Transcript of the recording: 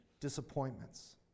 disappointments